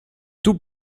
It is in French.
tout